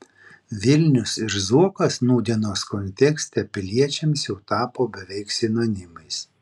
vilnius ir zuokas nūdienos kontekste piliečiams jau tapo beveik sinonimais